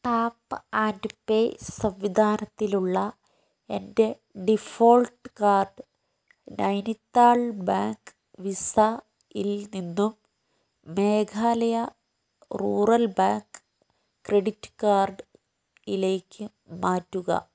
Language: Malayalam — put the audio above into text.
ടാപ്പ് ആൻഡ് പേ സംവിധാനത്തിലുള്ള എൻ്റെ ഡിഫോൾട്ട് കാർഡ് നൈനിത്താൾ ബാങ്ക് വിസയിൽ നിന്നും മേഘാലയ റൂറൽ ബാങ്ക് ക്രെഡിറ്റ് കാർഡിലേക്ക് മാറ്റുക